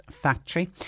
factory